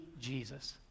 Jesus